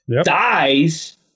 dies